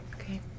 Okay